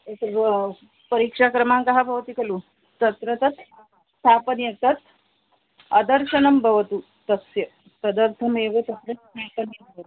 एतद् परीक्षाक्रमाङ्कः भवति खलु तत्र तत् स्थापनीयं तत् अदर्शनं भवतु तस्य तदर्थमेव तत्र स्थापनीयं भवति